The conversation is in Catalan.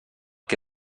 que